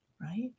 right